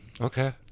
Okay